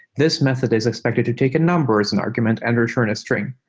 this method is expected to take a numbers in argument and return a string.